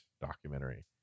documentary